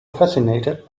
fascinated